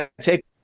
take